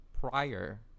prior